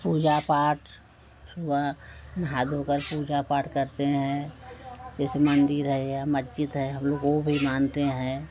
पूजा पाठ हुआ हाथ धोकर पूजा पाठ करते हैं जैसे मंदिर है या मस्जिद है हम लोग वो भी मानते हैं